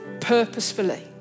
purposefully